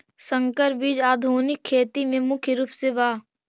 संकर बीज आधुनिक खेती में मुख्य रूप से बा